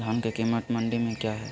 धान के कीमत मंडी में क्या है?